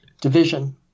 division